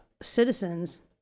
Citizens